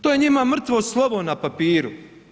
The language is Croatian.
To je njima mrtvo slovo na papiru.